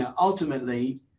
Ultimately